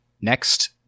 Next